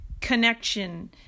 connection